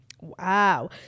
Wow